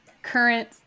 Current